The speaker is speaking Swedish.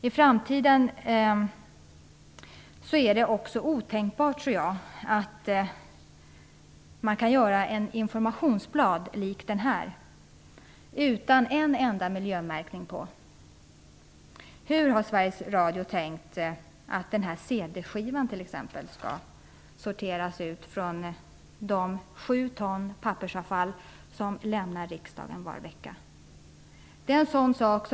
I framtiden är det otänkbart att man kan göra ett inforamtionsblad utan en enda miljömärkning på. Hur har Sveriges Radio tänkt sig att CD-skivor t.ex. skall sorteras ut från de 7 ton pappersavfall som lämnar riksdagen varje vecka?